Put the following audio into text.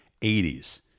80s